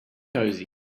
cosy